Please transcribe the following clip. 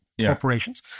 corporations